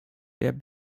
der